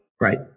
Right